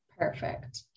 Perfect